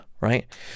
Right